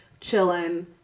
chilling